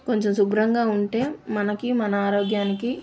కొంచెం శుభ్రంగా ఉంటే మనకి మన ఆరోగ్యానికి